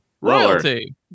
royalty